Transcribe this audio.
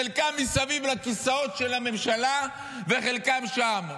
חלקם מסביב לכיסאות של הממשלה וחלקם שם,